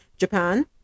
Japan